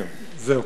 מאה אחוז.